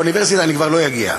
לאוניברסיטה אני כבר לא אגיע,